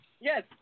Yes